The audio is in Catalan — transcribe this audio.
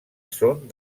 són